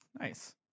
Nice